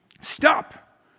Stop